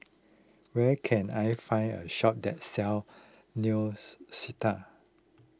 where can I find a shop that sells Neostrata